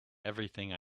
everything